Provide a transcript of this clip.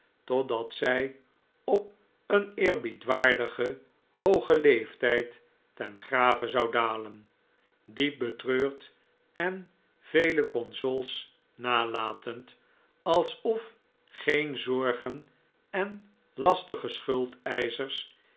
totdat zij op een eerbiedwaardigen hoogen leeftijd ten grave zou dalen diep betreurd en vele consols nalatend alsof geen zorgen en